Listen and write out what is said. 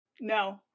No